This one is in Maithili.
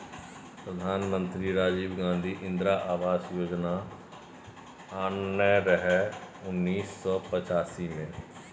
प्रधानमंत्री राजीव गांधी इंदिरा आबास योजना आनने रहय उन्नैस सय पचासी मे